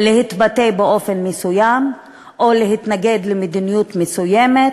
להתבטא באופן מסוים, או להתנגד למדיניות מסוימת,